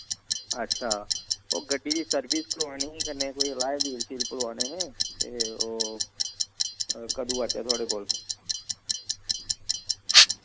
अच्छा ओह् गड्डी दी सर्विस करवानी ही कन्नै कोई एलाय वील शील पवाने हे ते ओह् कदूं औचै थुआढ़े कोल